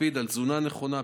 להקפיד על תזונה נכונה,